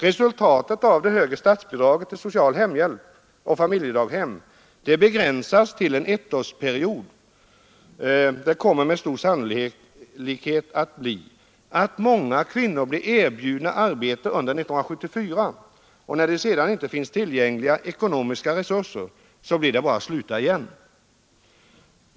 Resultatet av att de högre statsbidragen till social hemhjälp och familjedaghem begränsas till en ettårsperiod kommer med stor sannolikhet att bli att många kvinnor erbjuds arbete under 1974, och när det sedan inte finns tillgängliga ekonomiska resurser blir det för dem bara att sluta igen.